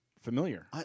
Familiar